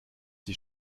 die